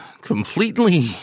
completely